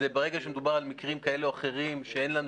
ברגע שמדובר על מקרים כאלו או אחרים כשאין לנו